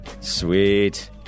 Sweet